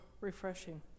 refreshing